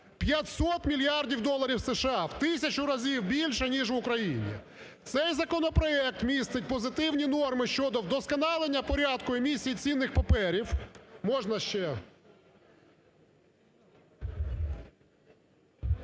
500 мільярдів доларів США, в тисячу разів більше ніж в Україні. Цей законопроект містить позитивні норми щодо вдосконалення порядку емісії цінних паперів…